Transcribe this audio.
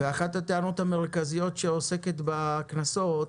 ואחת הטענות המרכזיות שעוסקת בקנסות,